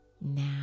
Now